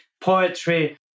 poetry